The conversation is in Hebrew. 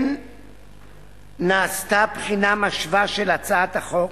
כן נעשתה בחינה משווה של הצעת החוק,